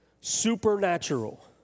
supernatural